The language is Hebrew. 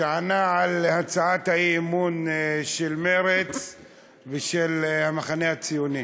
שענה על הצעת האי-אמון של מרצ ושל המחנה הציוני.